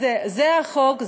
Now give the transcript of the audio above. אז זה החוק,